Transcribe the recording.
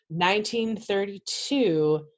1932